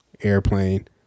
airplane